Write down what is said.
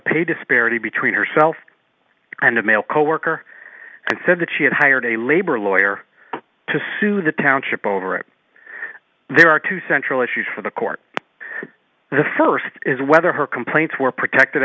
pay disparity between herself and a male coworker and said that she had hired a labor lawyer to sue the township over it there are two central issues for the court the first is whether her complaints were protected